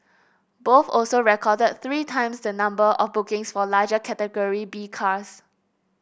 both also recorded three times the number of bookings for larger Category B cars